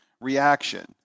reaction